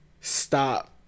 stop